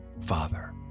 Father